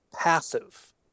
passive